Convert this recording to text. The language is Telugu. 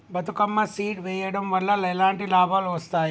బతుకమ్మ సీడ్ వెయ్యడం వల్ల ఎలాంటి లాభాలు వస్తాయి?